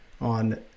on